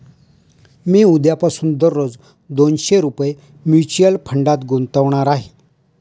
मी उद्यापासून दररोज दोनशे रुपये म्युच्युअल फंडात गुंतवणार आहे